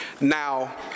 Now